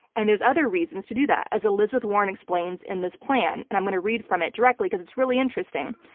and there's other reasons to do that as elizabeth warren explains in this plan, and i'm going to read from it directly because it's really interesting.